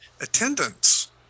attendance